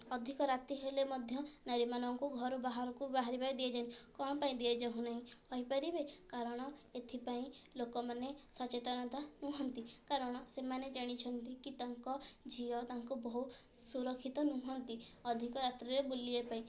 ଅଧିକ ରାତି ହେଲେ ମଧ୍ୟ ନାରୀମାନଙ୍କୁ ଘରୁ ବାହାରକୁ ବାହାରିବାକୁ ଦିଆଯାଏ ନାହିଁ କ'ଣ ପାଇଁ ଦିଆଯାଉ ନାହିଁ କହିପାରବେ କାରଣ ଏଥିପାଇଁ ଲୋକମାନେ ସଚେତନତା ନୁହନ୍ତି କାରଣ ସେମାନେ ଜାଣିଛନ୍ତି କି ତାଙ୍କ ଝିଅ ତାଙ୍କ ବୋହୁ ସୁରକ୍ଷିତ ନୁହନ୍ତି ଅଧିକ ରାତ୍ରିରେ ବୁଲିବା ପାଇଁ